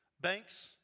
banks